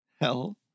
Hell